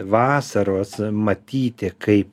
vasaros matyti kaip